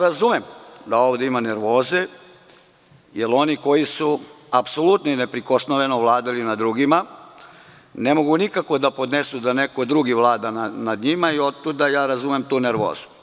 Razumem da ovde ima nervoze, jer oni koji su apsolutno i neprikosnoveno vladali nad drugima ne mogu nikako da podnesu da neko drugi vlada nad njima i otuda razumem tu nervozu.